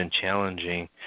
challenging